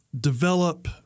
develop